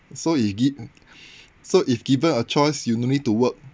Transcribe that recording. so if give so if given a choice you no need to work